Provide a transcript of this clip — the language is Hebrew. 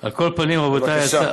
על כל פנים, רבותי, בבקשה.